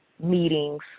meetings